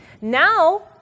Now